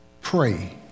pray